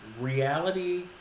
Reality